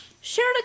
shared